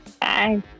Bye